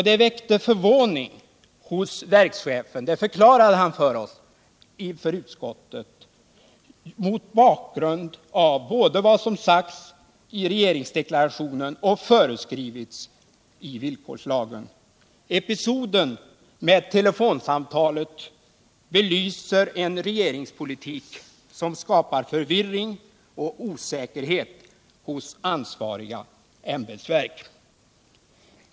Det väckte förvåning hos verkschefen — det förklarade han inför utskottet — både mot bakgrunden av vad som sagts i regeringsdeklarationen och mot bakgrunden av vad som föreskrivs i villkorslagen. Episoden med telefonsamtalet belyser den regeringspolitik som skapar förvirring och osäkerhet hos ansvariga ämbetsverk.